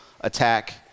attack